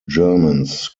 germans